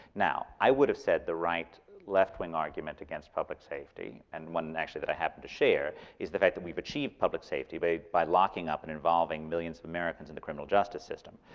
now, i would have said the right left-wing argument against public safety, and one that i happen to share, is the fact that we've achieved public safety by by locking up and involving millions of americans in the criminal justice system,